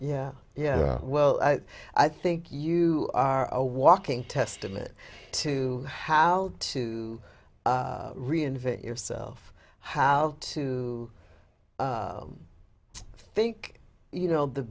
yeah yeah well i think you are a walking testament to how to reinvent yourself how to think you know the